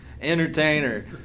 entertainer